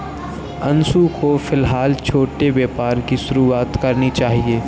अंशु को फिलहाल छोटे व्यापार की शुरुआत करनी चाहिए